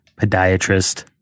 podiatrist